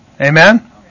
Amen